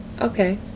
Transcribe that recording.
Okay